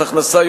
מס הכנסה,